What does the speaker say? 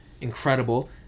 incredible